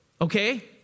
Okay